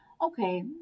Okay